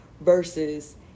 versus